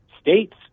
States